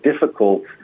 difficult